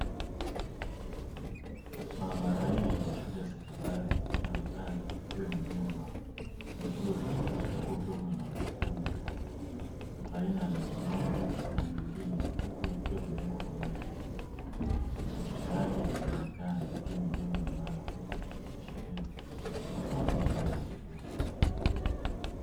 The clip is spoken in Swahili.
Maabara hii ya shule ya sekondari inaonekana ikiwa imejengwa vizuri huku kukiwa na nafasi kubwa baina ya meza moja na nyingine huku vikiwa vimewekwa pamoja na viti. Madirisha yake yanaonekana yakiwa yamejengwa imara huku yakipitisha hewa pamoja na mwanga wa kutosha.